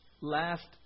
last